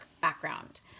background